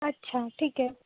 अच्छा ठीक आहे